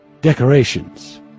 decorations